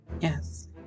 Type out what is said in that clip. Yes